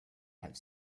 have